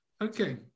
okay